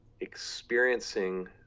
experiencing